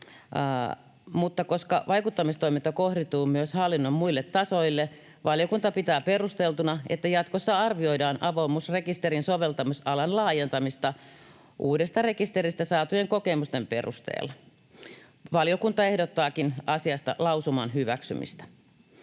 mutta koska vaikuttamistoiminta kohdistuu myös hallinnon muille tasoille, valiokunta pitää perusteltuna, että jatkossa arvioidaan avoimuusrekisterin soveltamisalan laajentamista uudesta rekisteristä saatujen kokemusten perusteella. Valiokunta ehdottaakin asiasta lausuman hyväksymistä.